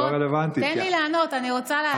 תן לי לענות, אני רוצה לענות.